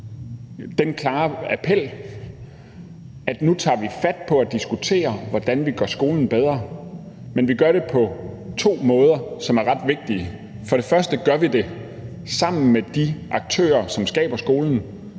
den klare appel, at nu tager vi fat på at diskutere, hvordan vi gør skolen bedre, men vi gør det på to måder, som er ret vigtige. For det første gør vi det sammen med de aktører, som skaber skolen,